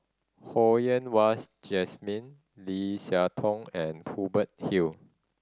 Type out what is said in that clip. Ho Yen Wahs Jesmine Lim Siah Tong and Hubert Hill